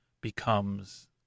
becomes